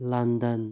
London